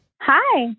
Hi